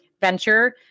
venture